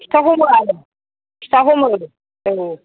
फिथा हमो आरो फिथा हमो औ